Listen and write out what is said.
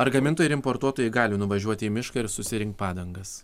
ar gamintojai ir importuotojai gali nuvažiuoti į mišką ir susirinkt padangas